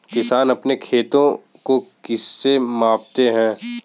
किसान अपने खेत को किससे मापते हैं?